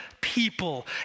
people